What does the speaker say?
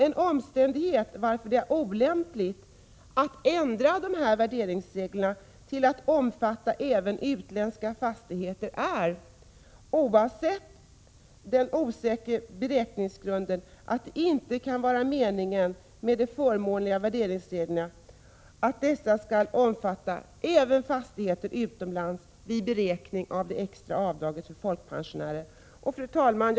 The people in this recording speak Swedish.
En omständighet som gör att det är olämpligt att ändra värderingsreglerna till att omfatta även utländska fastigheter är — oavsett den osäkra beräkningsgrunden — att det inte kan vara meningen med de förmånliga värderingsreglerna att dessa skall omfatta även fastigheter utomlands vid beräkningen av extra avdrag för folkpensionärer. Fru talman!